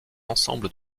ensembles